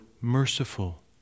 merciful